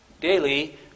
Daily